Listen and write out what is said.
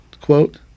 quote